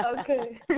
Okay